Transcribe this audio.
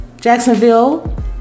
Jacksonville